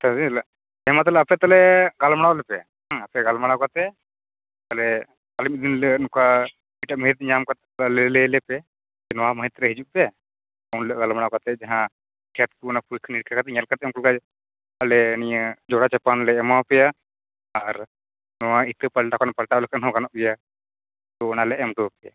ᱛᱚᱵᱮᱦᱤᱞᱚᱜ ᱮᱢᱟᱯᱮ ᱟᱯᱮ ᱛᱟᱦᱚᱞᱮ ᱜᱟᱞᱢᱟᱨᱟᱣ ᱞᱮᱯᱮ ᱦᱩᱢ ᱟᱯᱮ ᱜᱟᱞᱢᱟᱨᱟᱣ ᱠᱟᱛᱮᱫ ᱟᱞᱮ ᱟᱞᱤᱧ ᱞᱮ ᱱᱚᱠᱟ ᱢᱤᱛᱴᱟᱝ ᱢᱤᱱᱤᱴ ᱧᱟᱢ ᱠᱟᱛᱮᱫ ᱛᱟᱦᱚᱞᱮ ᱱᱚᱝᱠᱟ ᱞᱮ ᱞᱮᱤ ᱞᱮᱯᱮ ᱱᱚᱣᱟ ᱢᱟᱦᱤᱛᱨᱮ ᱦᱟᱡᱩᱜᱯᱮ ᱩᱱ ᱦᱤᱞᱚᱜ ᱜᱟᱞᱢᱟᱨᱟᱣ ᱠᱟᱛᱮ ᱡᱟᱦᱟᱸ ᱠᱷᱮᱛᱠᱩ ᱚᱱᱟ ᱯᱚᱨᱤᱠᱷᱟ ᱱᱤᱨᱤᱠᱷᱟ ᱠᱟᱛᱮ ᱧᱮᱞ ᱠᱟᱛᱮ ᱩᱱᱠᱩᱲᱟᱭ ᱟᱞᱮ ᱱᱤᱭᱚ ᱡᱟᱦᱲᱟ ᱪᱟᱯᱟᱱᱞᱮ ᱮᱢᱟᱣ ᱯᱮᱭᱟ ᱟᱨ ᱱᱚᱣᱟ ᱤᱛᱟᱹ ᱯᱟᱞᱴᱟᱣ ᱞᱮᱠᱷᱟᱱ ᱦᱚ ᱜᱟᱱᱚᱜ ᱜᱮᱭᱟ ᱛᱚ ᱚᱱᱟᱞᱮ ᱮᱢᱴᱚᱯᱮᱭᱟ